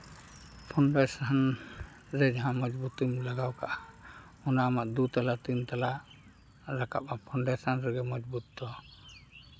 ᱡᱟᱦᱟᱸ ᱢᱚᱡᱽᱵᱩᱛ ᱮᱢ ᱞᱟᱜᱟᱣ ᱠᱟᱜᱼᱟ ᱚᱱᱟᱢᱟ ᱫᱩ ᱛᱟᱞᱟ ᱛᱤᱱ ᱛᱟᱞᱟ ᱨᱟᱠᱟᱵᱼᱟ ᱚᱸᱰᱮ ᱥᱟᱱ ᱨᱮᱜᱮ ᱢᱚᱡᱽᱵᱩᱛ ᱫᱚ